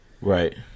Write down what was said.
Right